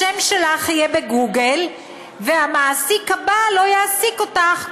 השם שלך יהיה בגוגל והמעסיק הבא לא יעסיק אותך,